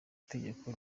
tegeko